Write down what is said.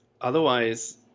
otherwise